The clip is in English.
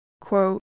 Quote